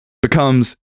becomes